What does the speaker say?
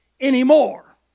anymore